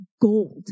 gold